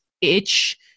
itch